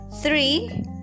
Three